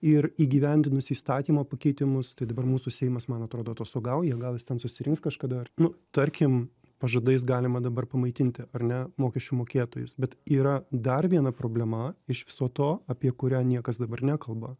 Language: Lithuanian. ir įgyvendinus įstatymo pakeitimus tai dabar mūsų seimas man atrodo atostogauja gal jis ten susirinks kažkada nu tarkim pažadais galima dabar pamaitinti ar ne mokesčių mokėtojus bet yra dar viena problema iš viso to apie kurią niekas dabar nekalba